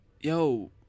yo